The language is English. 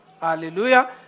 Hallelujah